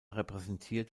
repräsentiert